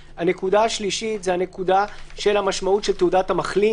שלוש, המשמעות של תעודת המחלים